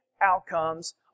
outcomes